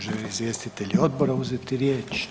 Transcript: Žele li izvjestitelji odbora uzeti riječ?